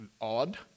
odd